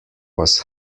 was